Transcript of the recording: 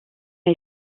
ont